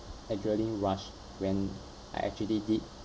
adrenaline rush when I actually did